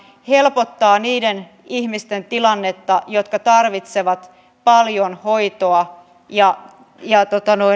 helpottaa niiden ihmisten tilannetta jotka tarvitsevat paljon hoitoa ja ja